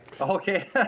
Okay